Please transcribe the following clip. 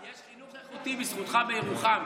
יש חינוך איכותי בזכותך בירוחם,